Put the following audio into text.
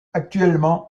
actuellement